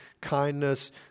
kindness